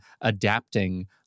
adapting